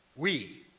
we.